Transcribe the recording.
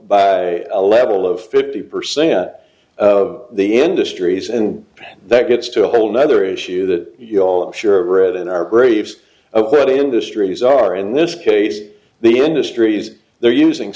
by a level of fifty percent at the end astri's and that gets to a whole nother issue that you all i'm sure are red in our graves already industries are in this case the industries they're using